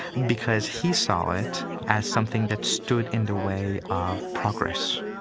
because he saw it as something that stood in the way of progress.